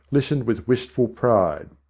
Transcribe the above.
listened with wistful pride.